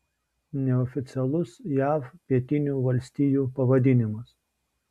neoficialus jav pietinių valstijų pavadinimas